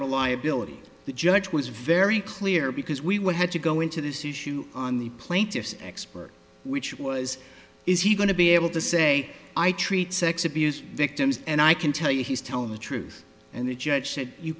reliability the judge was very clear because we would have to go into this issue on the plaintiff's expert which was is he going to be able to say i treat sex abuse victims and i can tell you he's telling the truth and the judge said you